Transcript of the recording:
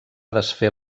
desfer